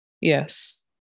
yes